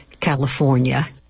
California